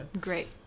great